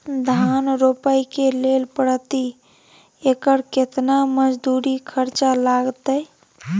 धान रोपय के लेल प्रति एकर केतना मजदूरी खर्चा लागतेय?